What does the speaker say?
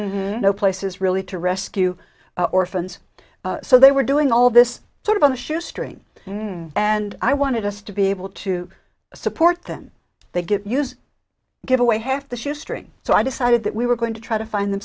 no places really to rescue orphans so they were doing all of this sort of on a shoestring and i wanted us to be able to support them they get use give away half the shoestring so i decided that we were going to try to find them